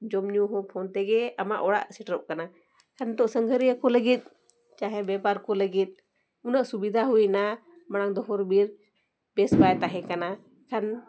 ᱡᱚᱢᱼᱧᱩ ᱦᱚᱸ ᱛᱮᱜᱮ ᱟᱢᱟᱜ ᱚᱲᱟᱜ ᱥᱮᱴᱮᱨᱚᱜ ᱠᱟᱱᱟ ᱠᱷᱟᱱ ᱱᱤᱛᱳᱜ ᱥᱟᱸᱜᱷᱟᱨᱤᱭᱟᱹ ᱠᱚ ᱞᱟᱹᱜᱤᱫ ᱪᱟᱦᱮ ᱵᱮᱯᱟᱨ ᱠᱚ ᱞᱟᱹᱜᱤᱫ ᱩᱱᱟᱹᱜ ᱥᱩᱵᱤᱫᱷᱟ ᱦᱩᱭᱮᱱᱟ ᱢᱟᱲᱟᱝ ᱫᱚ ᱦᱚᱨᱼᱵᱤᱨ ᱵᱮᱥ ᱵᱟᱭ ᱛᱟᱦᱮᱸ ᱠᱟᱱᱟ ᱠᱷᱟᱱ